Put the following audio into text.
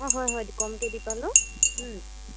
অ' হয় হয় কমকৈ দি পালোঁ